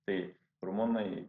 tai rumunai